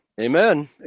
Amen